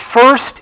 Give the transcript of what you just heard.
first